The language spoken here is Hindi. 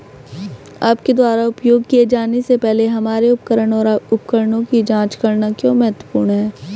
आपके द्वारा उपयोग किए जाने से पहले हमारे उपकरण और उपकरणों की जांच करना क्यों महत्वपूर्ण है?